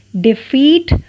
defeat